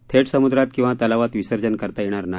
थेट समुद्रात किंवा तलावात विसर्जन करता येणार नाही